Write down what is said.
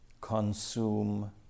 consume